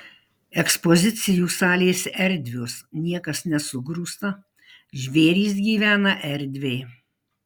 ekspozicijų salės erdvios niekas nesugrūsta žvėrys gyvena erdviai